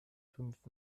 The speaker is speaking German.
fünf